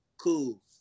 Cool